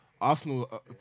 Arsenal